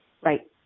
right